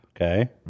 okay